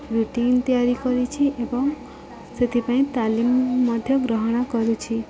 routine ତିଆରି କରିଛି ଏବଂ ସେଥିପାଇଁ ତାଲିମ ମଧ୍ୟ ଗ୍ରହଣ କରୁଛି